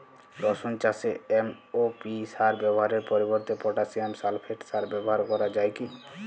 রসুন চাষে এম.ও.পি সার ব্যবহারের পরিবর্তে পটাসিয়াম সালফেট সার ব্যাবহার করা যায় কি?